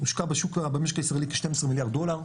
הושקע במשק הישראלי כ-12 מיליארד דולר,